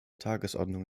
tagesordnung